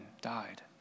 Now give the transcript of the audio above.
died